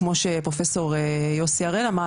כמו שפרופסור הראל אמר,